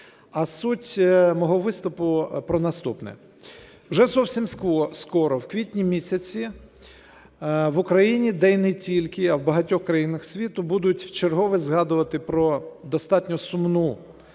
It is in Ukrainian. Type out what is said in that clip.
а суть мого виступу про наступне. Вже зовсім скоро, у квітні місяці, в Україні, та й не тільки, а в багатьох країнах світу будуть вчергове згадувати про достатньо сумну,